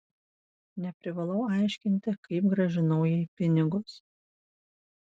neprivalau aiškinti kaip grąžinau jai pinigus